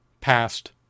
past